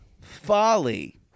Folly